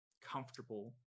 comfortable